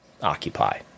Occupy